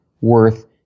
worth